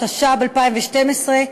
התשע"ב 2012,